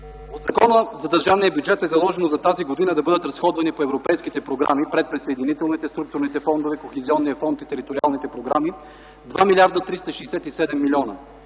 Със Закона за държавния бюджет за тази година е заложено да бъдат разходвани по европейските програми, предприсъединителните, структурните фондове, Кохезионния фонд и териториалните програми 2 млрд. 367 млн.,